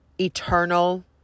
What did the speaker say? eternal